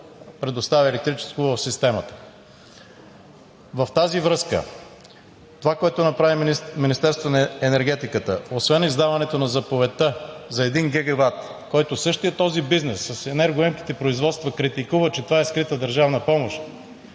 предостави електричество в системата. Във връзка с това, което направи Министерството на енергетиката, освен издаването на заповедта за един гигават, който същият този бизнес с енергоемките производства критикува, че това е скрита държавна помощ,